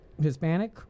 Hispanic